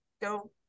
go